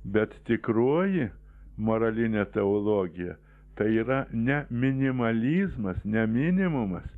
bet tikroji moralinė teologija tai yra ne minimalizmas ne minimumas